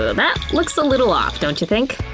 ah that looks a little off, don't you think?